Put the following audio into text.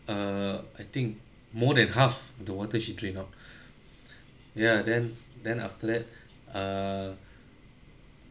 err I think more than half the water she drained out ya then then after that err